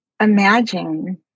Imagine